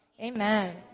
Amen